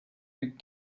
with